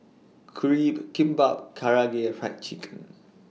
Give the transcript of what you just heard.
Crepe Kimbap Karaage Fried Chicken